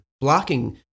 blocking